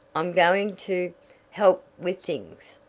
i'm going to help with things.